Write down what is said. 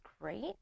great